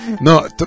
No